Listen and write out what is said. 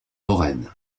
lorraine